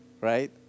right